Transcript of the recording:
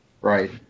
Right